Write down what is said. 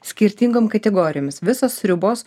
skirtingom kategorijomis visos sriubos